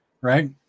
right